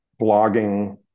blogging